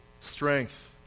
strength